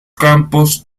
campos